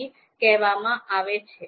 ahp કહેવામાં આવે છે